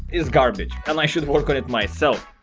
is garbage and i should work on it myself.